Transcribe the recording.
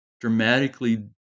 dramatically